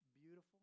beautiful